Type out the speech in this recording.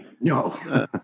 No